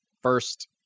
first